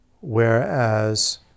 Whereas